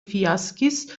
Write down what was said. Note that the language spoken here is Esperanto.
fiaskis